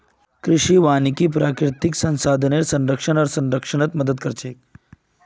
कृषि वानिकी प्राकृतिक संसाधनेर संरक्षण आर संरक्षणत मदद कर छे